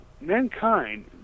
mankind